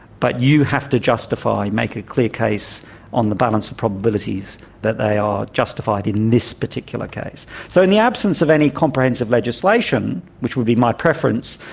but you have to justify, make a clear case on the balance of probabilities that they are justified in this particular case. so in the absence of any comprehensive legislation, which would be my preference,